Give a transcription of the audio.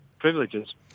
privileges